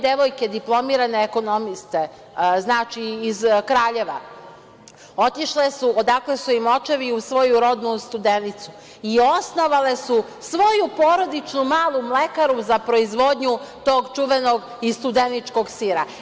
Dve devojke, diplomirane ekonomiste iz Kraljeva, otišle su odakle su im očevi, u svoju rodnu Studenicu i osnovale su svoju porodičnu malu mlekaru za proizvodnju tog čuvenog Studeničkog sira.